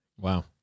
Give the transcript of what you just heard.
wow